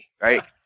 right